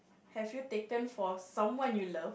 have you taken for someone you love